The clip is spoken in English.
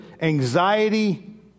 anxiety